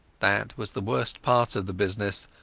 that was the worst part of the business,